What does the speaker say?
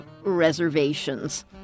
reservations